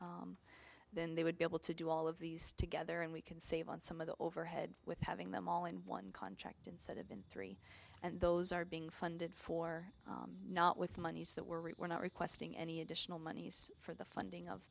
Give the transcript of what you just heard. time then they would be able to do all of these together and we can save on some of the overhead with having them all in one contract instead of in three and those are being funded for not with monies that were not requesting any additional monies for the funding of